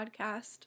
podcast